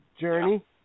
Journey